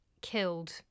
killed